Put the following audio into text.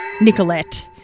Nicolette